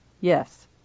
Yes